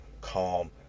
calm